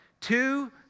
two